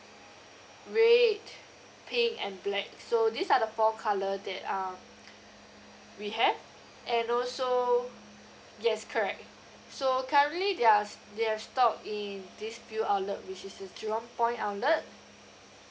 red pink and black so these are the four colour that uh we have and also yes correct so currently there are st~ there is stock in these few outlet which is the jurong point outlet